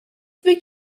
speak